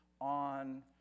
on